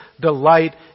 delight